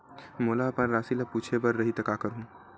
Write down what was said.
मोला अपन राशि ल पूछे बर रही त का करहूं?